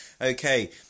Okay